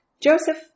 Joseph